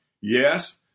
Yes